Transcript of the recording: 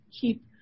keep